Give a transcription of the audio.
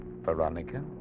Veronica